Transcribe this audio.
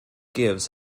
gives